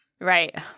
Right